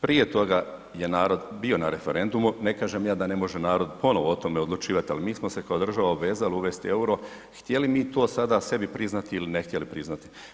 Prije toga je narod bio na referendumu, ne kažem ja da ne može narod ponovno o tome odlučivati ali mi smo se kao država obvezali uvesti euro htjeli mi to sada sebi priznati ili ne htjeli priznati.